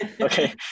okay